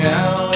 Now